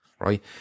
right